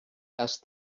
asked